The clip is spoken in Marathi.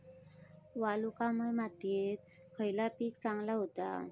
वालुकामय मातयेत खयला पीक चांगला होता?